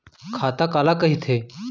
खाता काला कहिथे?